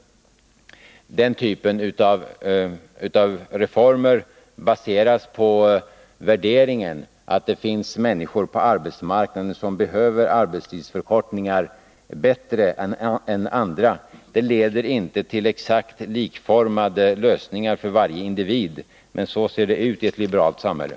Den typen av reformer baseras på värderingen att det finns människor på arbetsmarknaden som bättre än andra behöver en arbetstidsförkortning. Detta leder inte till en exakt likformad lösning för varje individ, men så ser det ut i ett liberalt samhälle.